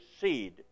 seed